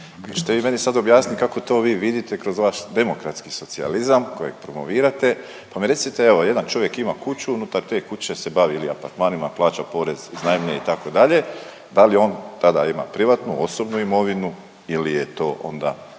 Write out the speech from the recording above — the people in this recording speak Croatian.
Hoćete vi meni sad objasniti kako to vi vidite kroz vaš demokratski socijalizam kojeg promovirate, pa mi recite evo jedan čovjek ima kuću. Unutar te kuće se bavi ili apartmanima, plaća porez, iznajmljuje itd. Da li on tada ima privatnu, osobnu imovinu ili je to onda